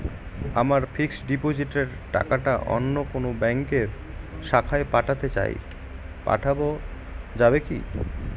আমার ফিক্সট ডিপোজিটের টাকাটা অন্য কোন ব্যঙ্কের শাখায় পাঠাতে চাই পাঠানো যাবে কি?